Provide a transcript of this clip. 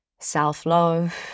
self-love